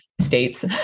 states